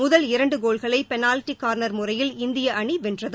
முதல் இரண்டு கோல்களை பெனால்டி காணர் முறையில் இந்திய அணி பெற்றது